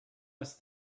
must